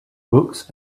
books